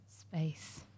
space